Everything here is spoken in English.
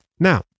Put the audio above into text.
Now